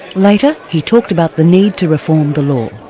later, he talked about the need to reform the law. i